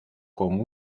con